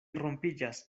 rompiĝas